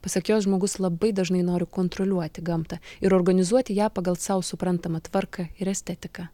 pasak jos žmogus labai dažnai nori kontroliuoti gamtą ir organizuoti ją pagal sau suprantamą tvarką ir estetiką